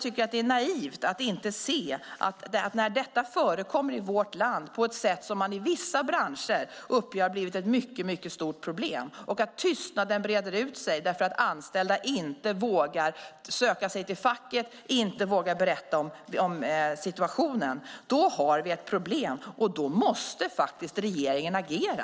Det är naivt att inte se att när detta förekommer i vårt land, på ett sätt som man i vissa branscher uppger har blivit ett mycket stort problem och att tystnaden breder ut sig därför att anställda inte vågar söka sig till facket och inte vågar berätta om situationen, då har vi ett problem. Då måste regeringen agera.